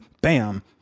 bam